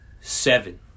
Seven